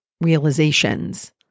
realizations